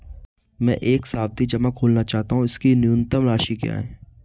मैं एक सावधि जमा खोलना चाहता हूं इसकी न्यूनतम राशि क्या है?